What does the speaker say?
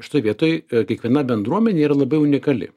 šitoj vietoj kiekviena bendruomenė yra labiau unikali